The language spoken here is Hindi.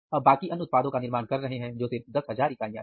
आप बाकी अन्य उत्पादों का निर्माण कर रहे हैं जो सिर्फ 10000 इकाइयां हैं